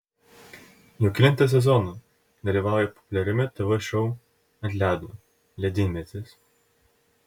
jau kelintą sezoną dalyvauja populiariame tv šou ant ledo ledynmetis